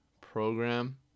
program